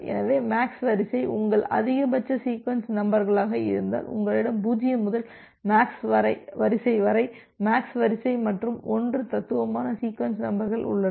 எனவே MAX வரிசை உங்கள் அதிகபட்ச சீக்வென்ஸ் நம்பர்களாக இருந்தால் உங்களிடம் 0 முதல் MAX வரிசை வரை MAX வரிசை மற்றும் 1 தனித்துவமான சீக்வென்ஸ் நம்பர்கள் உள்ளன